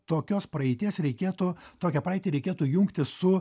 tokios praeities reikėtų tokią praeitį reikėtų jungti su